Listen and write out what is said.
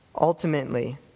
ultimately